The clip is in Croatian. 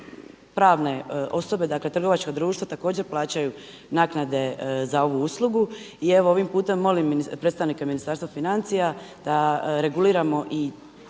pravne osobe dakle trgovačka društva također plaćaju naknade za ovu uslugu. I ovim putem molim predstavnike Ministarstva financija da reguliramo i